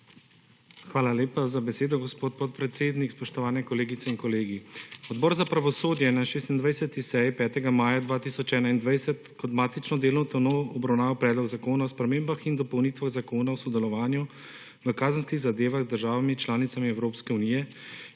Hvala lepa za besedo, gospod podpredsednik. Spoštovani kolegice in kolegi! Odbor za pravosodje je na 26. seji, 5. maja 2021, kot matično delovno telo obravnaval Predlog zakona o spremembah in dopolnitvah Zakona o sodelovanju v kazenskih zadevah z državami članicami Evropske unije,